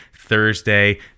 Thursday